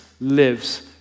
lives